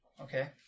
Okay